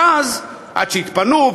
ואז עד שיתפנו,